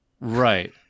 Right